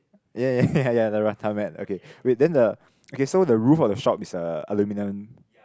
ya ya ya ya the rattan mat okay wait then the okay so the roof of the shop is a aluminium